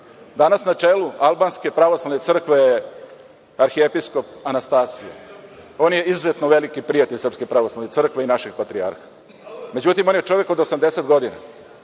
Danas na čelu Albanske pravoslavne crkve arhiepiskop Anastasije, on je izuzetno veliki prijatelj Srpske pravoslavne crkve i našeg patrijarha. Međutim, on je čovek od 80 godina.